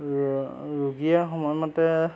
ৰোগীয়ে সময়মতে